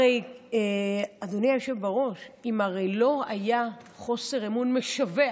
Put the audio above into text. הרי, אדוני היושב-ראש, אם לא היה חוסר אמון משווע